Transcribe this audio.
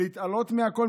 להתעלות על הכול,